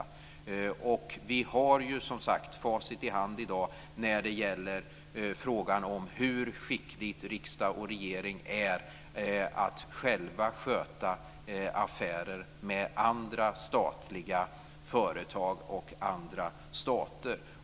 Vi har ju som sagt facit i hand i dag när det gäller frågan om hur skickliga riksdag och regering är att själva sköta affärer med andra statliga företag och andra stater.